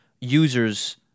users